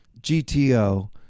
GTO